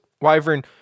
wyvern